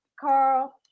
Carl